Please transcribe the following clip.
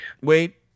wait